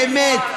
באמת,